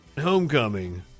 Homecoming